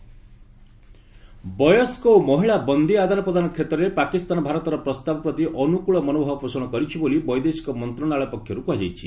India Pak ବୟସ୍କ ଓ ମହିଳା ବନ୍ଦୀ ଆଦାନ ପ୍ରଦାନ କ୍ଷେତ୍ରରେ ପାକିସ୍ତାନ ଭାରତର ପ୍ରସ୍ତାବ ପ୍ରତି ଅନୁକୂଳ ମନୋଭାବ ପୋଷଣ କରିଛି ବୋଲି ବୈଦେଶିକ ମନ୍ତ୍ରଣାଳୟ ପକ୍ଷରୁ କୁହାଯାଇଛି